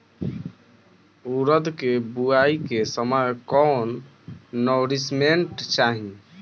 उरद के बुआई के समय कौन नौरिश्मेंट चाही?